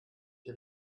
die